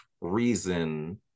reason